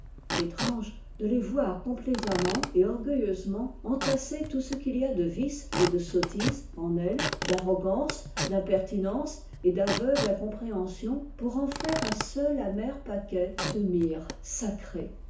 etrange de les voir complaisammentetorgueilleusemententasser tout ce qu'il y a de vices et de sottise en elles d'arrogance d'impertinence et d'aveugle incompréhension pour en faire un seul amer paquet de myrrhe sacrée